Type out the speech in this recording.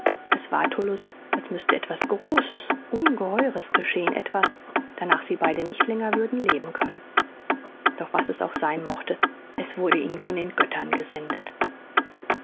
es war tullus als müßte etwas großes ungeheures geschehen etwas danach sie beide nicht länger würden leben können doch was es auch sein mochte es wurde ihnen von den göttern gesendet